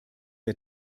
der